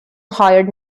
hired